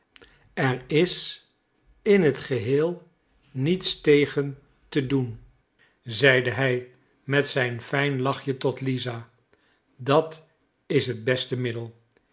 er in t geheel niets tegen doen zeide hij met zijn fijn lachje tot lisa dat is het beste middel